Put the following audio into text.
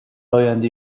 آینده